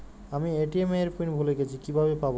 আমি এ.টি.এম এর পিন ভুলে গেছি কিভাবে পাবো?